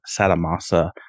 Satamasa